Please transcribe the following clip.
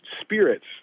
spirits